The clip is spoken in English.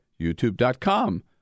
youtube.com